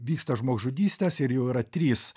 vyksta žmogžudystės ir jau yra trys